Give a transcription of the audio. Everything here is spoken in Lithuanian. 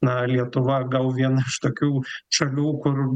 na lietuva gal viena iš tokių šalių kur